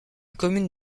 commune